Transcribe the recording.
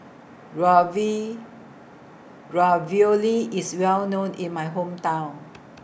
Ravioli IS Well known in My Hometown